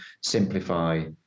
simplify